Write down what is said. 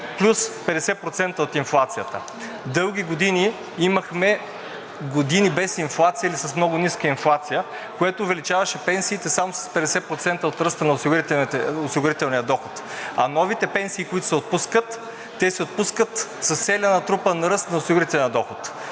плюс 50% от инфлацията. Дълго имахме години без инфлация или с много ниска инфлация, което увеличаваше пенсиите само с 50% от ръста на осигурителния доход, а новите пенсии, които се отпускат, се отпускат с целия натрупан ръст на осигурителния доход.